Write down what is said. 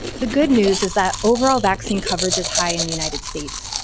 the good news is that overall vaccine coverage is high in the united states.